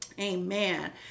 Amen